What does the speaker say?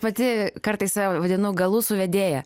pati kartais save vadinu galų suvedėja